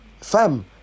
Fam